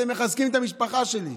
אתם מחזקים את המשפחה שלי.